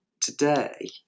today